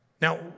Now